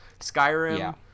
Skyrim